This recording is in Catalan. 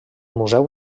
museu